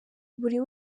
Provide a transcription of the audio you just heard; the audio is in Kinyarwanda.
buri